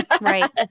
right